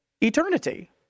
Eternity